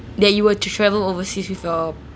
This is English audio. that you were to travel overseas with your